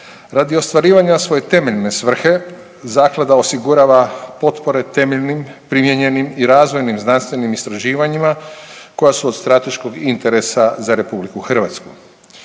Radi ostvarivanja svoje temeljne svrhe zaklada osigurava potpore temeljnim, primijenjenim i razvojnim znanstvenim istraživanjima koja su od strateškog interesa za RH.